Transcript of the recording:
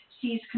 sees